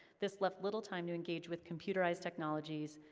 this left little time to engage with computerized technologies,